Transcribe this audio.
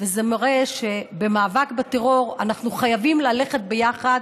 זה מראה שבמאבק בטרור אנחנו חייבים ללכת ביחד,